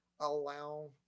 allow